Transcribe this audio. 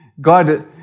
God